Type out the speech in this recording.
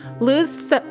lose